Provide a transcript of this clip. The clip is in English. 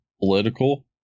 political